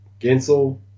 Gensel